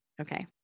Okay